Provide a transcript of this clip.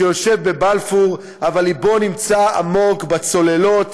שיושב בבלפור אבל לבו נמצא עמוק בצוללות,